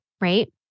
right